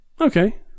okay